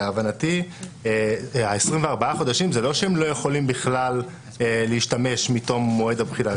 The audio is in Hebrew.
להבנתי 24 חודשים זה לא שהם לא יכולים בכלל להשתמש מתום מועד התחילה,